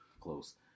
close